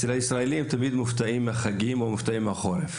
הישראלים תמיד מופתעים מהחגים או מהחורף.